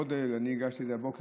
הגשתי את זה הבוקר,